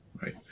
right